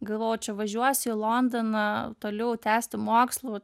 galvojau čia važiuosiu į londoną toliau tęsti mokslų